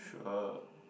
sure